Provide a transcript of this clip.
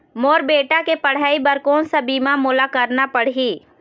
मोर बेटा के पढ़ई बर कोन सा बीमा मोला करना पढ़ही?